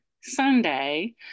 Sunday